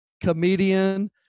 comedian